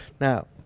Now